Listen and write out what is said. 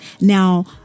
Now